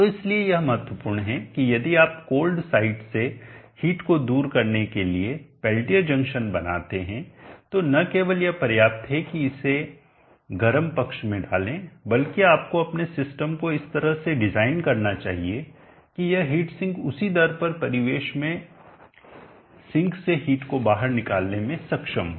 तो इसलिए यह महत्वपूर्ण है कि यदि आप कोल्ड साइड से हीट को दूर करने के लिए पेल्टियर जंक्शन बनाते हैं तो न केवल यह पर्याप्त है कि इसे इसे गर्म पक्ष में डालें बल्कि आपको अपने सिस्टम को इस तरह से डिजाइन करना चाहिए कि यह हीट सिंक उसी दर पर परिवेश में सिंक से हीट को बाहर निकालने में सक्षम हो